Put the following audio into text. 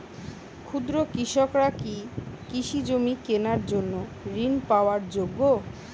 ক্ষুদ্র কৃষকরা কি কৃষিজমি কেনার জন্য ঋণ পাওয়ার যোগ্য?